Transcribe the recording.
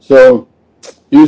so you